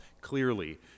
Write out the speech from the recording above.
clearly